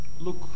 look